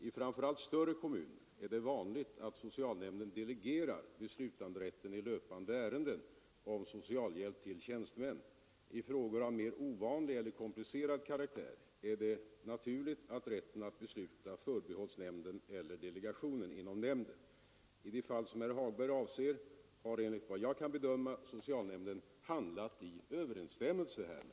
I framför allt större kommuner är det vanligt att socialnämnden delegerar beslutanderätten i löpande ärenden om socialhjälp till tjänstemän. I frågor av mer ovanlig eller komplicerad karaktär är det naturligt att rätten att besluta förbehålls nämnden eller delegation inom nämnden. I det fall som herr Hagberg avser har enligt vad jag kan bedöma socialnämnden handlat i överensstämmelse härmed.